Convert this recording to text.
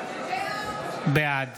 בעד